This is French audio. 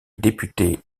député